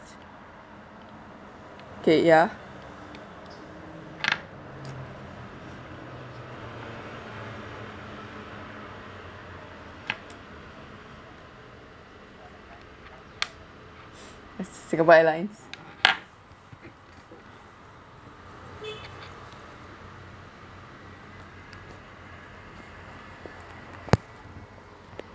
okay ya as Singapore Airlines